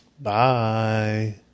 Bye